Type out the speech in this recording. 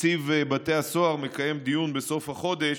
ונציב בתי הסוהר מקיים דיון בסוף החודש